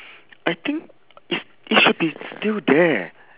I think it s~ it should be still there